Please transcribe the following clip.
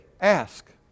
ask